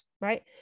right